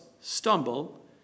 stumble